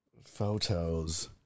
Photos